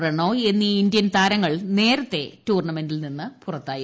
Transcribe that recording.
പ്രണോയ് എസ്ട്രീ ഇന്ത്യൻ താരങ്ങൾ നേരത്തേ ടൂർണമെന്റിൽ നിന്ന് ഫ്ലിറത്തായിരുന്നു